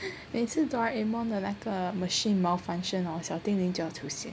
每次 Doraemon 的那个 machine malfunction hor 小叮铃就要出现